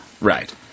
Right